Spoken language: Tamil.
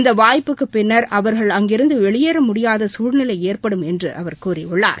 இந்தவாய்ப்புக்குபின்னா் அவா்கள் அங்கிருந்துவெளியேறமுடியாதசூழ்நிலைஏற்படும் என்றுஅவா் கூறியுள்ளார்